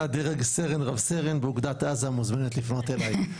דרג סרן רב סרן באוגדת עזה מוזמנת לפנות אליי,